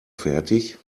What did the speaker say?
fertig